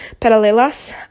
paralelas